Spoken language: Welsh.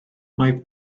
mae